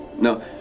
No